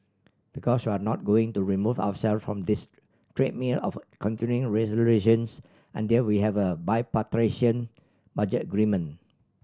because we're not going to remove ourself from this treadmill of continuing resolutions until we have a bipartisan budget agreement